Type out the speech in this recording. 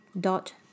dot